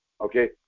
okay